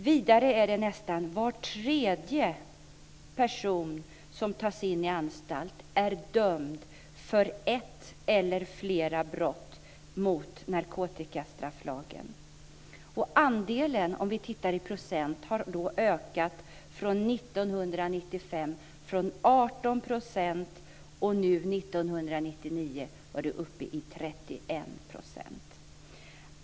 Vidare är nästan var tredje person som tas in på anstalt dömd för ett eller flera brott mot narkotikastrafflagen. Andelen har ökat från 18 % 1995 till 31 % 1999.